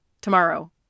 tomorrow